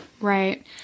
Right